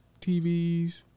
TVs